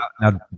now